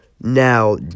Now